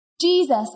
Jesus